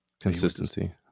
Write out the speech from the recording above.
Consistency